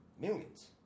millions